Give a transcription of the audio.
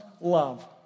love